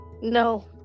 No